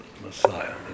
Messiah